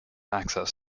access